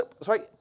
sorry